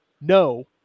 no